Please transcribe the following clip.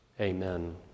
Amen